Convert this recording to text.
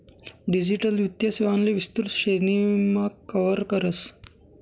digital वित्तीय सेवांले विस्तृत श्रेणीमा कव्हर करस